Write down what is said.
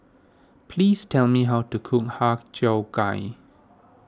please tell me how to cook Har Cheong Gai